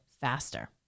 faster